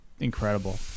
Incredible